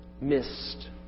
missed